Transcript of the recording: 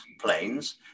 planes